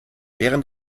während